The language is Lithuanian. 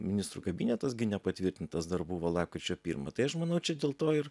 ministrų kabinetas gi nepatvirtintas dar buvo lapkričio pirmą tai aš manau čia dėl to ir